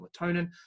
melatonin